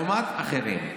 לעומת אחרים,